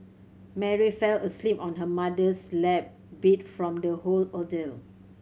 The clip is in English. Mary fell asleep on her mother's lap beat from the whole ordeal